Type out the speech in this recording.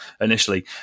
initially